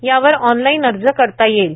यावर ऑनलाईन अर्ज करता येईल